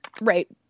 Right